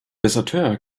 deserteur